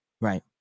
Right